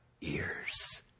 ears